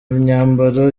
myambaro